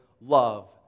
love